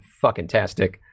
fucking-tastic